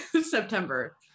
September